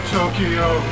Tokyo